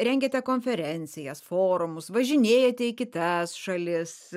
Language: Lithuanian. rengiate konferencijas forumus važinėjate į kitas šalis